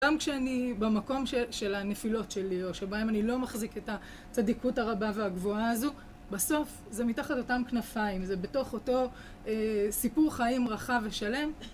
גם כשאני במקום של הנפילות שלי, או שבהן אני לא מחזיק את הצדיקות הרבה והגבוהה הזו, בסוף זה מתחת אותן כנפיים, זה בתוך אותו סיפור חיים רחב ושלם.